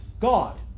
God